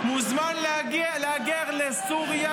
--- מוזמן להגר לסוריה